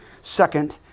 Second